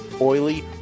oily